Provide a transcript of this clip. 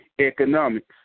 economics